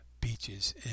beaches